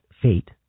fate